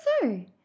so